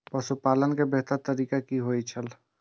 पशुपालन के बेहतर तरीका की होय छल?